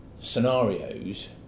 scenarios